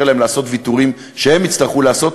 להם לעשות ויתורים שהם יצטרכו לעשות,